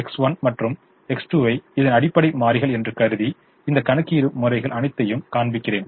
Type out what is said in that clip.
X1 மற்றும் X2 ஐ இதன் அடிப்படை மாறிகள் என்று கருதி இந்த கணக்கீடும் முறைகள் அனைத்தையும் காண்பிக்கிறேன்